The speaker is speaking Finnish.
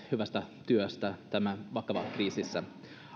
hyvästä työstä tässä vakavassa kriisissä